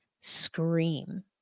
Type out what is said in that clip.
scream